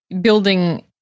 building